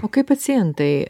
o kaip pacientai